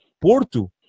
Porto